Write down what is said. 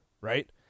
Right